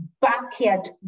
backyard